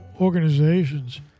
organizations